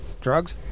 drugs